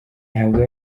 nabwo